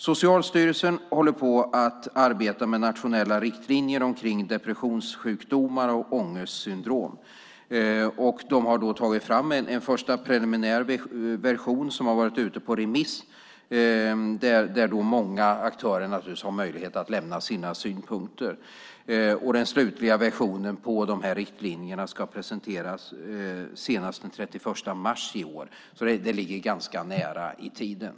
Socialstyrelsen håller på att arbeta med nationella riktlinjer när det gäller depressionssjukdomar och ångestsyndrom. De har tagit fram en första preliminär version som är ute på remiss, där många aktörer naturligtvis har möjlighet att lämna sina synpunkter. Den slutliga versionen av riktlinjerna ska presenteras senast den 31 mars i år, så det ligger ganska nära i tiden.